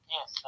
Yes